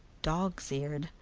dog's-eared,